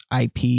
ip